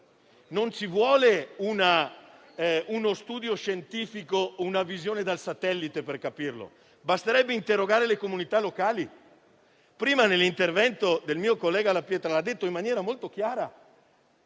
Non servono uno studio scientifico e una visione dal satellite per capirlo, ma basterebbe interrogare le comunità locali. Prima il mio collega La Pietra l'ha detto in maniera molto chiara: